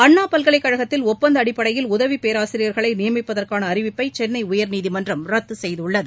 அண்ணா பல்கலைக்கழகத்தில் ஒப்பந்த அடிப்படையில் உதவிப் பேராசிரியர்களை நியமிப்பதற்கான அறிவிப்பை சென்னை உயர்நீதிமன்றம் ரத்து செய்துள்ளது